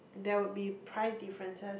there would be price differences